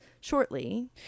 shortly